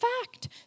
fact